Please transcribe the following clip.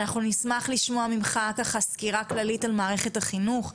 אנחנו נשמח לשמוע ממך ככה סקירה כללית על מערכת החינוך,